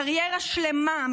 קריירה שלמה,